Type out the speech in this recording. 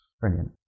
Brilliant